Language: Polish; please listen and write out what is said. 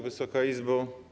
Wysoka Izbo!